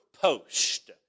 post